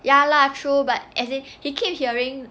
ya lah true but as in he kept hearing